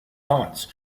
thoughts